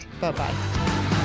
Bye-bye